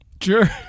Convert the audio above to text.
Sure